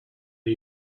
are